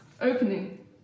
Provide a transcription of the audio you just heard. opening